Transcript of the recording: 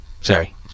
Sorry